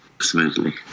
smoothly